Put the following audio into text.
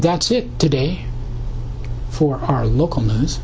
that's it today for our local news